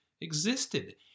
existed